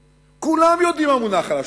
כולם יודעים מה מונח על השולחן.